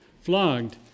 flogged